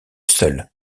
seuls